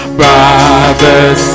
brothers